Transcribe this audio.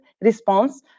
response